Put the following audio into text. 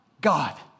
God